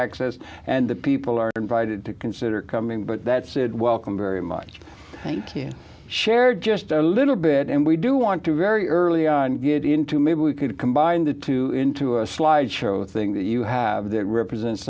access and the people are invited to consider coming but that said welcome very much thank you share just a little bit and we do want to very early on get into maybe we could combine the two into a slideshow thing that you have that represent